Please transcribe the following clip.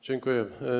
Dziękuję.